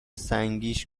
سنگیش